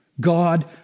God